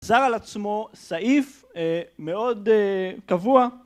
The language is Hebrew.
זר על עצמו, סעיף, מאוד קבוע